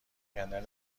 کندن